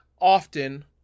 often